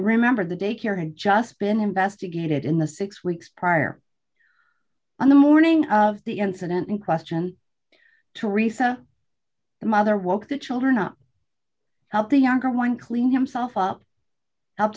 remember the daycare had just been investigated in the six weeks prior on the morning of the incident in question teresa the mother woke the children up help the younger one clean himself up helped